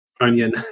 onion